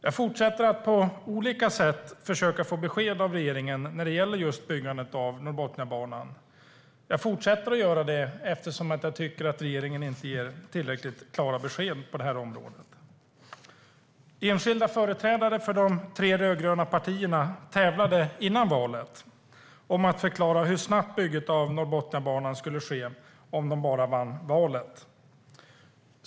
Jag fortsätter att på olika sätt försöka att få besked av regeringen när det gäller byggandet av Norrbotniabanan. Jag fortsätter att göra det eftersom jag tycker att regeringen inte ger tillräckligt klara besked på det här området. Före valet tävlade enskilda företrädare för de tre rödgröna partierna om att förklara hur snabbt bygget av Norrbotniabanan skulle ske, om de bara vann valet.